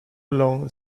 long